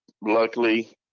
luckily